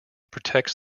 protects